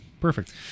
perfect